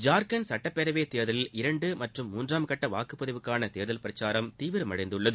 ஜார்கண்ட் சட்டப்பேரவைத் தேர்தலில் இரண்டு மற்றும் மூன்றாம் கட்ட வாக்குப்பதிவுக்கான தேர்தல் பிரச்சாரம் தீவிரமடைந்துள்ளது